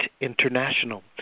International